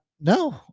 no